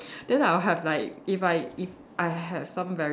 then I will have like if I if I have some very